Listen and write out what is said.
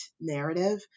narrative